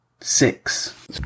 six